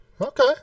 okay